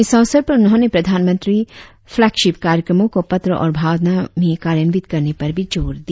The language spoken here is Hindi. इस अवसर पर उन्होंने प्रधानमंत्री फ्लेगशिप कार्यक्रमों को पत्र और भावना में कार्यान्वित करने पर भी जोर दिया